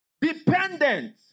Dependent